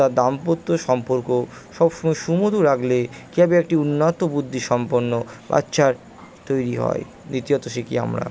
তার দাম্পত্য সম্পর্ক সবসময় সুমধুর রাখলে কীভাবে একটি উন্নত বুদ্ধিসম্পন্ন বাচ্চার তৈরি হয় দ্বিতীয়ত শিখি আমরা